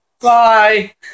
Bye